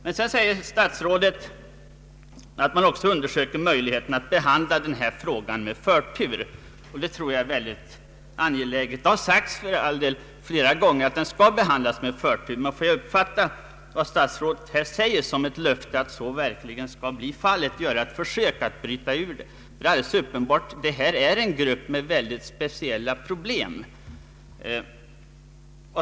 Statsrådet säger också att utredningen undersöker möjligheterna att behandla fältflygarfrågan med förtur. Det tror jag är väldigt angeläget. Det har för all del sagts flera gånger att frågan skall behandlas med förtur. Man får kanske uppfatta vad statsrådet här säger såsom ett löfte att så verkligen skall bli fallet och att utredningen skall göra ett försök att bryta ut frågan. Det är alldeles uppenbart att det här gäller en grupp med speciella problem.